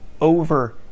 over